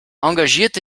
engagierte